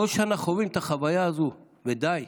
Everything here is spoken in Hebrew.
כל שנה חווים את החוויה הזאת, ודי.